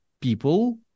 people